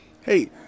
hey